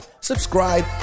subscribe